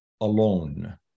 alone